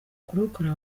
kurokora